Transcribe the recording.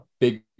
big